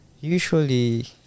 Usually